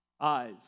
eyes